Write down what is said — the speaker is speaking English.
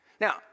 Now